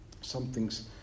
something's